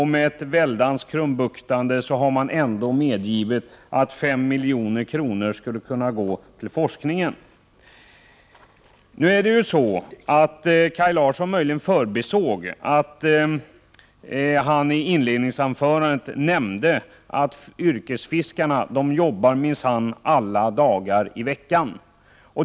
Med mycket krumbuktande har man medgivit att 5 milj.kr. skulle kunna gå till forskningen. Det är möjligt att Kaj Larsson förbisåg att han i sitt inledningsanförande nämnde att yrkesfiskarna minsann jobbar alla dagar i veckan.